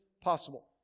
possible